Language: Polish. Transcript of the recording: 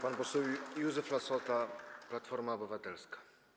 Pan poseł Józef Lassota, Platforma Obywatelska.